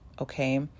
okay